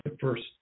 first